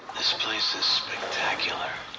this place is spectacular.